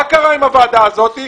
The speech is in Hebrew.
מה קרה עם הוועדה הזאת?